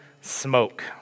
smoke